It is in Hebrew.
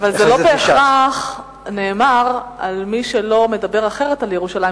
אבל זה לא בהכרח נאמר על מי שמדבר אחרת על ירושלים,